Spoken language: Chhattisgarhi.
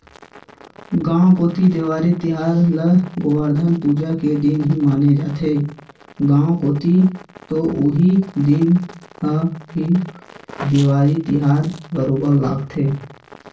गाँव कोती देवारी तिहार ल गोवरधन पूजा के दिन ही माने जाथे, गाँव कोती तो उही दिन ह ही देवारी तिहार बरोबर लगथे